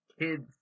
kids